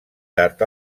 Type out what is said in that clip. tard